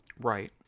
right